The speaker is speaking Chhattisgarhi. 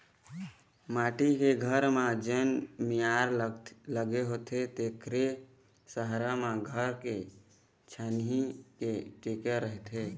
माटी के घर म जेन मियार लगे होथे तेखरे सहारा म घर के छानही ह टिके रहिथे